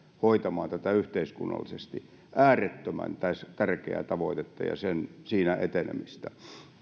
hoitamaan tätä yhteiskunnallisesti äärettömän tärkeää tavoitetta ja siinä etenemistä